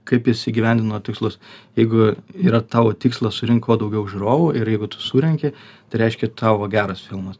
kaip jis įgyvendino tikslus jeigu yra tavo tikslas surinkt kuo daugiau žiūrovų ir jeigu tu surenki tai reiškia tavo geras filmas